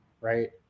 right